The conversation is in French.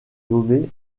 nommée